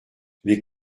les